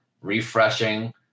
refreshing